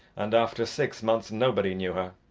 and after six months nobody knew her.